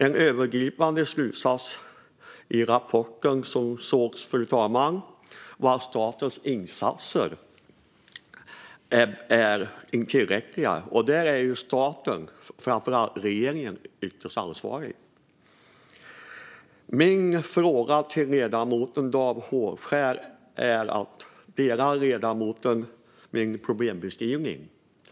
En övergripande slutsats i rapporten, fru talman, är att statens insatser är otillräckliga. Där är staten, framför allt regeringen, ytterst ansvarig. Min fråga till ledamoten Dan Hovskär är om ledamoten instämmer i min problembeskrivning.